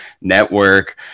network